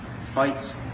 fights